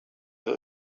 that